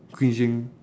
cringing